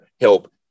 help